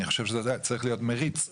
אני חושב שזה צריך להיות מריץ.